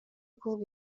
kuvuga